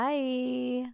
Bye